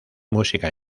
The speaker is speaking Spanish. música